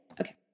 Okay